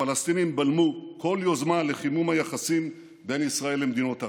הפלסטינים בלמו כל יוזמה לחימום היחסים בין ישראל למדינות ערב.